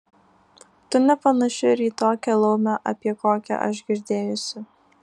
tu nepanaši ir į tokią laumę apie kokią aš girdėjusi